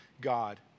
God